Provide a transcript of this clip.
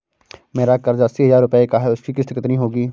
मेरा कर्ज अस्सी हज़ार रुपये का है उसकी किश्त कितनी होगी?